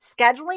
Scheduling